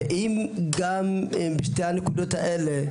ואנחנו צריכים לקחת את זה בחשבון.